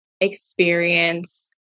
experience